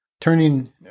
turning